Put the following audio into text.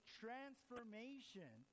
transformation